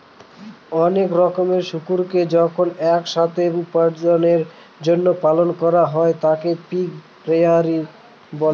অনেক রকমের শুকুরকে যখন এক সাথে উপার্জনের জন্য পালন করা হয় তাকে পিগ রেয়ারিং বলে